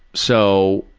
so